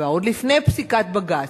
עוד לפני פסיקת בג"ץ,